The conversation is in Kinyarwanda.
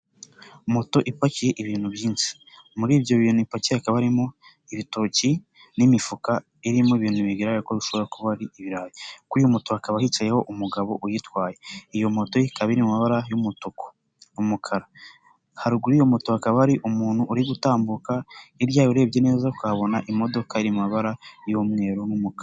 Moto ipakiye ibintu byinshi, muri ibyo bintu ipakiye hakaba harimo ibitoki n'imifuka irimo ibintu bigaragara ko bishobora kuba ari ibirayi, kuri iyi moto hakaba hicayeho umugabo uyitwaye, iyo moto ikaba iri mu mabara y'umutuku, umukara, haruguru y'iyo moto hakaba hari umuntu uri gutambuka, hirya yaho urebye neza ukahabona imodoka iri mu mabara y'umweru n'umukara.